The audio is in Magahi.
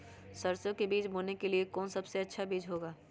सरसो के बीज बोने के लिए कौन सबसे अच्छा बीज होगा?